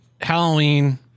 Halloween